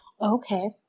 Okay